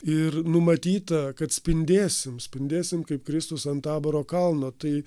ir numatyta kad spindėsim spindėsim kaip kristus ant taboro kalno tai